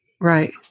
Right